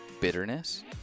bitterness